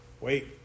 Wait